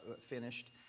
finished